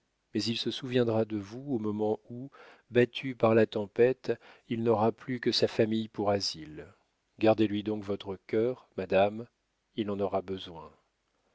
mais il se souviendra de vous au moment où battu par la tempête il n'aura plus que sa famille pour asile gardez lui donc votre cœur madame il en aura besoin